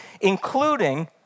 including